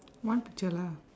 one picture lah